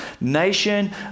Nation